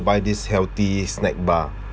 buy this healthy snack bar